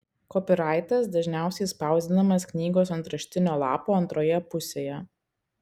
kopiraitas dažniausiai spausdinamas knygos antraštinio lapo antroje pusėje